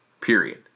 Period